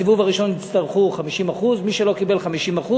בסיבוב הראשון יצטרכו 50%; אם אף אחד לא קיבל 50%,